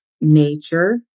nature